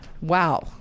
Wow